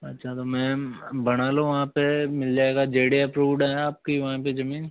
अच्छा तो मैम बना लो वहाँ पे मिल जाएगा जे डी ए अप्रूव्ड है आपकी वहाँ पे जमीन